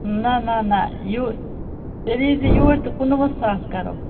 نہَ نہَ نہَ یہِ تیٚلہِ ییٖزِ یوٗرۍ تہٕ کُنوُہ ساس کَرو